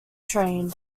train